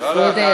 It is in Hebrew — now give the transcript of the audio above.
לא לא.